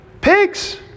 Pigs